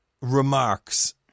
remarks